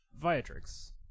Viatrix